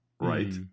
right